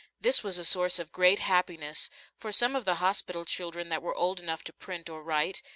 this was a source of great happiness for some of the hospital children that were old enough to print or write,